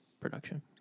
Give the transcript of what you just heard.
production